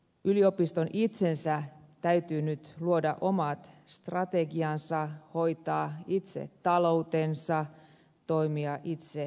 yliopiston itsensä täytyy nyt luoda omat strategiansa hoitaa itse taloutensa toimia itse työnantajana